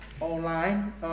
online